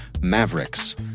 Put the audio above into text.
Mavericks